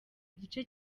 igice